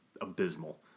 abysmal